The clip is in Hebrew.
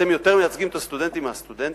אתם יותר מייצגים את הסטודנטים מהסטודנטים?